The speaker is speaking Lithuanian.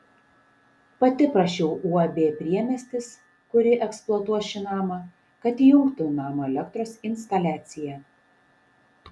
pati prašiau uab priemiestis kuri eksploatuos šį namą kad įjungtų namo elektros instaliaciją